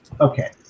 Okay